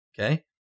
okay